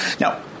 Now